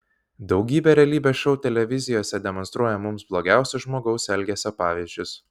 daugybė realybės šou televizijose demonstruoja mums blogiausius žmogaus elgesio pavyzdžius